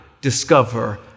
discover